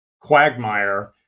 quagmire